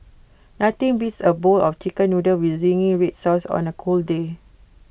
nothing beats A bowl of Chicken Noodles with Zingy Red Sauce on A cold day